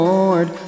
Lord